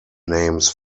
names